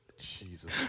Jesus